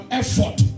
effort